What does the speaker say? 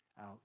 out